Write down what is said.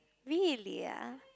really ah